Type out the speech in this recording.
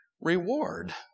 reward